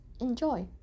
enjoy